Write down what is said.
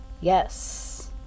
yes